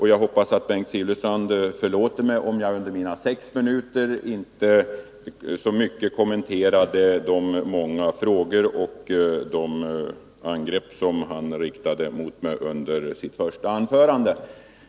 Jag hoppas att Bengt Silfverstrand förlåter mig för att jag under de sex minuter som stod till mitt förfogande inte så mycket kommenterade hans många frågor och de angrepp som han riktade mot mig i sitt första anförande.